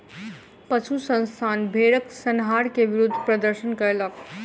पशु संस्थान भेड़क संहार के विरुद्ध प्रदर्शन कयलक